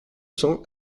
cents